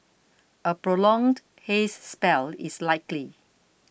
a prolonged haze spell is likely